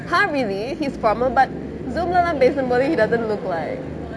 !huh! really he's formal but zoom லே பேசும்போது:le pesumpothu he doesn't look like